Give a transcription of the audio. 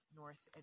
north